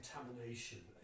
contamination